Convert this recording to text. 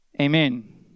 Amen